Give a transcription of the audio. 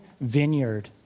vineyard